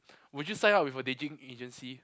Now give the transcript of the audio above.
would you sign up with a dating agency